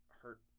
hurt